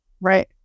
Right